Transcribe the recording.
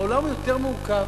העולם הוא יותר מורכב.